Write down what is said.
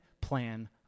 plan